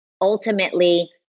ultimately